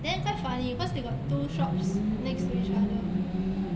then quite funny cause they got two shops next to each other